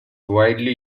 widely